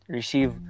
receive